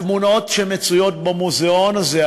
הזוועות בתמונות שמצויות במוזיאון הזה,